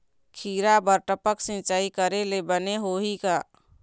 खिरा बर टपक सिचाई करे ले बने होही का?